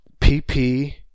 pp